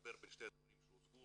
ולחבר בין שני הדברים שהוצגו,